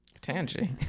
Tangy